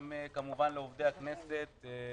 גם בשביל עובדי הכנסת הוא